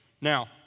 Now